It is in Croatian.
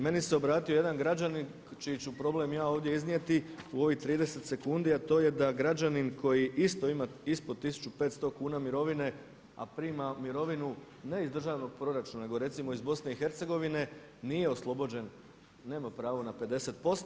Meni se obratio jedan građanin čiji ću problem ja ovdje iznijeti u ovih 30 sekundi, a to je da građanin koji isto ima ispod 1500 kuna mirovine, a prima mirovinu ne iz državnog proračuna, nego recimo iz Bosne i Hercegovine nije oslobođen, nema pravo na 50%